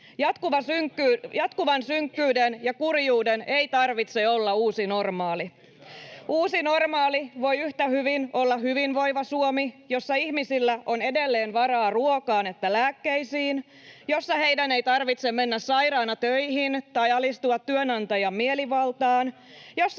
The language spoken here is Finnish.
Jatkuvan synkkyyden ja kurjuuden ei tarvitse olla uusi normaali. [Sheikki Laakso: Lisää velkaa!] Uusi normaali voi yhtä hyvin olla hyvinvoiva Suomi, jossa ihmisillä on edelleen varaa sekä ruokaan että lääkkeisiin, jossa heidän ei tarvitse mennä sairaana töihin tai alistua työnantajan mielivaltaan, jossa